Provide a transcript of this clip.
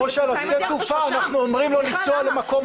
כמו שלשדה תעופה אנחנו אומרים לו לנסוע למקום אחר.